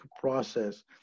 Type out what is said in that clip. process